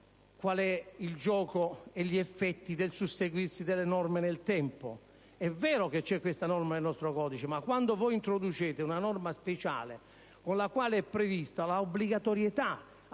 quali sono il gioco e gli effetti del susseguirsi delle norme nel tempo. È vero che vi è questa norma del nostro codice, ma quando voi introducete una norma speciale con la quale è prevista l'obbligatorietà, a pena